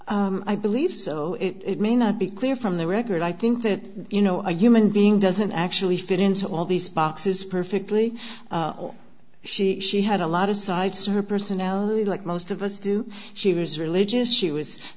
i i believe so it may not be clear from the record i think that you know a human being doesn't actually fit into all these boxes perfectly she she had a lot of sides to her personality like most of us do she was religious she was